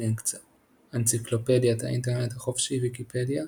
אנציקלופדיית האינטרנט החופשית "ויקיפדיה",